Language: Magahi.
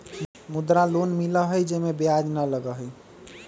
मुद्रा लोन मिलहई जे में ब्याज न लगहई?